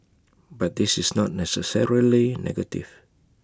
but this is not necessarily negative